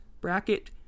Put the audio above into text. bracket